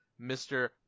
Mr